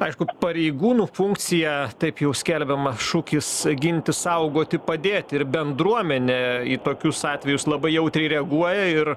aišku pareigūnų funkcija taip jų skelbiama šūkis ginti saugoti padėti ir bendruomenė į tokius atvejus labai jautriai reaguoja ir